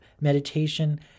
meditation